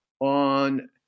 on